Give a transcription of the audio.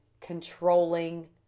controlling